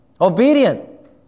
Obedient